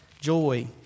joy